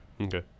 Okay